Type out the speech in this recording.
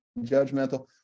judgmental